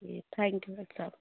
G thank you doctor صاحب